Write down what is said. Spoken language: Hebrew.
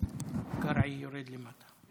קרעי יורד למטה.